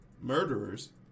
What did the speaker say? murderers